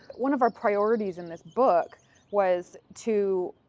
one of our priorities in this book was to,